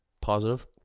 positive